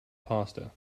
pasta